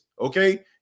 okay